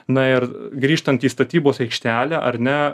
na ir grįžtant į statybos aikštelę ar ne